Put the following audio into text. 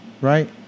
Right